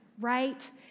right